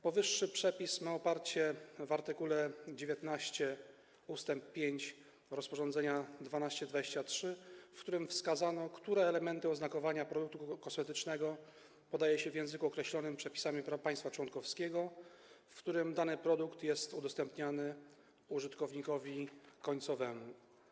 Powyższy przepis ma oparcie w art. 19 ust. 5 rozporządzenia nr 1223, w którym wskazano, które elementy oznakowania produktu kosmetycznego podaje się w języku określonym przepisami państwa członkowskiego, w którym dany produkt jest udostępniany użytkownikowi końcowemu.